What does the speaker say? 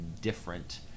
different